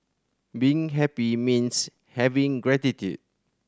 being happy means having gratitude